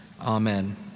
Amen